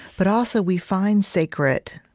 but also, we find sacred